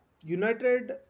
United